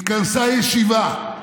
התכנסה ישיבה,